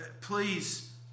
Please